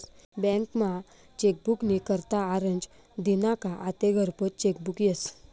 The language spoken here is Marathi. बँकमा चेकबुक नी करता आरजं दिना का आते घरपोच चेकबुक यस